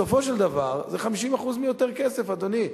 בסופו של דבר זה 50% מיותר כסף, אדוני.